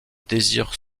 désir